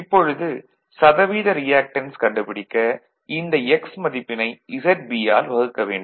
இப்பொழுது சதவீத ரியாக்டன்ஸ் கண்டுபிடிக்க இந்த X மதிப்பினை ZB ஆல் வகுக்க வேண்டும்